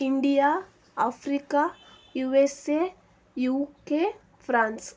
India Africa USA UK France